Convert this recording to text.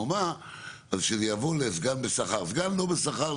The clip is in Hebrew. אז שזה יבוא לסגן לא בשכר.